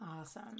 Awesome